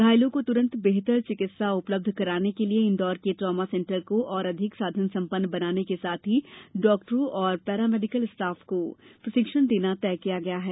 घायलों को तुरंत बेहतर चिकित्सा उपलब्ध कराने के लिये इंदौर के ट्रामा सेंटर को और अधिक साधन संपन्न बनाने साथ ही चिकित्सकों और पैरामेडिकल स्टाफ को प्रशिक्षण देना तय किया गया है